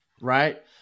Right